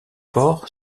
port